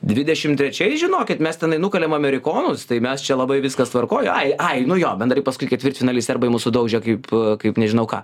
dvidešim trečiais žinokit mes tenai nukalėm amerikonus tai mes čia labai viskas tvarkoj ai ai nu jo bendrai paskui ketvirtfinaly serbai mus sudaužė kaip kaip nežinau ką